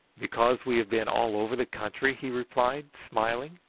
because we have been all over the country? he replied, smiling.